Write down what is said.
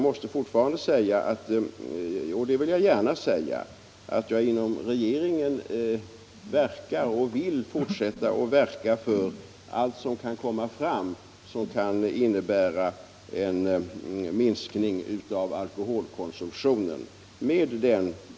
Inom regeringen verkar jag gärna — och vill fortsätta verka — för allt som kan komma fram som kan innebära en minskning av alkoholkonsumtionen.